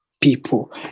people